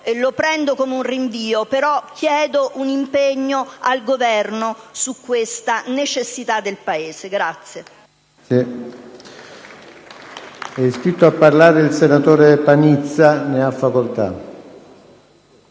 Lo prendo come un rinvio, però chiedo un impegno del Governo su questa necessità del Paese.